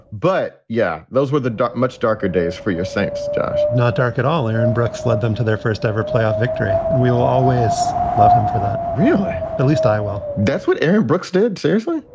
but, yeah, those were the much darker days for your saints josh not dark at all. aaron brooks led them to their first ever playoff victory. and we will always love him for that. really? at least i. well, that's what aaron brooks did seriously.